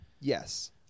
Yes